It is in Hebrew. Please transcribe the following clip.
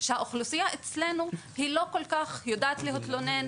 שהאוכלוסייה אצלנו היא לא כל כך יודעת להתלונן,